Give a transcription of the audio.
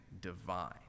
divine